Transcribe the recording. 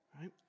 right